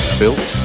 built